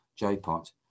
JPOT